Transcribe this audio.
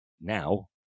now